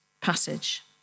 passage